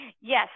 Yes